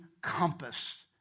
compass